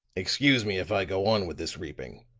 excuse me if i go on with this reaping.